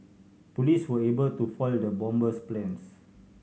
police were able to foil the bomber's plans